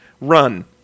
run